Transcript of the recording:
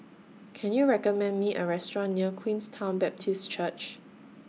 Can YOU recommend Me A Restaurant near Queenstown Baptist Church